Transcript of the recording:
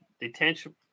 detention